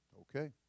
Okay